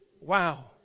Wow